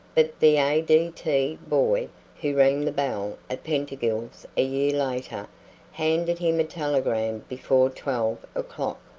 but the a d t. boy who rang the bell at pettingill's a year later handed him a telegram before twelve o'clock.